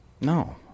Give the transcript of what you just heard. No